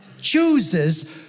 chooses